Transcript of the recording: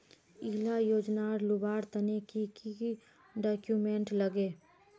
इला योजनार लुबार तने की की डॉक्यूमेंट लगे?